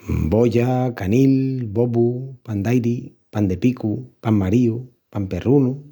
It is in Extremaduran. Bolla, canil, bobu, pan d'airi, pan de picu, pan maríu, pan perrunu.